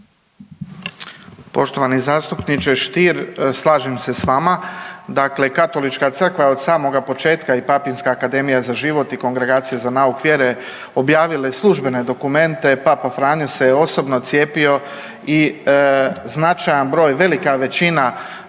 Poštovani zastupniče Stier, slažem se s vama. dakle, Katolička crkva je od samoga početka i Papinska akademija za život i kongregacija za nauk vjere objavile službene dokumente, Papa Franjo se osobno cijepio i značajan broj velika većina